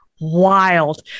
wild